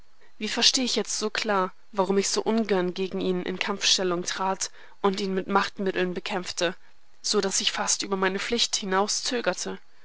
wie versteh ich jetzt so klar warum ich so ungern gegen ihn in kampfstellung trat und ihn mit machtmitteln bekämpfte so daß ich fast über meine pflicht